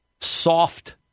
soft